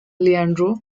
leandro